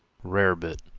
rarebit,